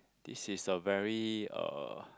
this is a very uh